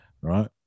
Right